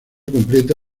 completa